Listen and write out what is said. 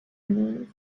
mused